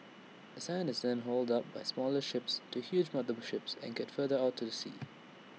the sand is then hauled up by smaller ships to huge mother ships anchored further out to sea